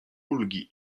ulgi